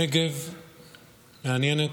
הנגב מעניין את,